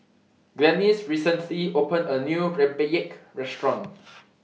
Glennis recently opened A New Rempeyek Restaurant